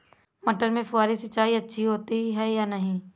मटर में फुहरी सिंचाई अच्छी होती है या नहीं?